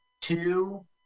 two